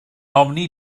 ofni